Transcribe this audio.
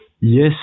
Yes